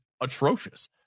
atrocious